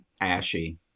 Ashy